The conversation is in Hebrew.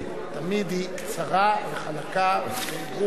תמיד היא קצרה וחלקה וברורה,